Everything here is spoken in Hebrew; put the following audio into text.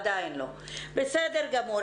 בסדר גמור.